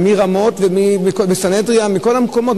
ומרמות ומסנהדריה ומכל המקומות,